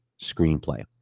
screenplay